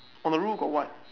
on the roof got what